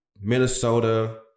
Minnesota